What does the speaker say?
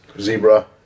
Zebra